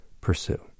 pursue